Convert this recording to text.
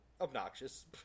obnoxious